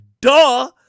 Duh